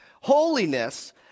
Holiness